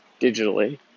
digitally